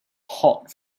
hot